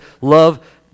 love